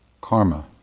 karma